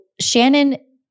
Shannon